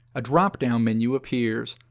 a drop-down menu appears.